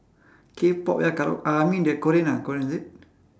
K-pop ya kara~ I mean the korean ah korean is it